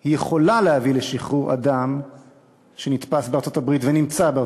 היא יכולה להביא לשחרור אדם שנתפס בארצות-הברית ונמצא בארצות-הברית.